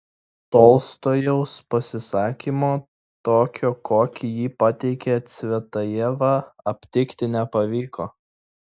tolstojaus pasisakymo tokio kokį jį pateikė cvetajeva aptikti nepavyko